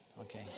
Okay